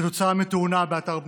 כתוצאה מתאונה באתר בנייה.